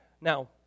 Now